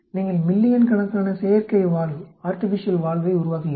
நீங்கள் மில்லியன் கணக்கான செயற்கை வால்வை உருவாக்குகிறீர்கள்